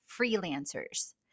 freelancers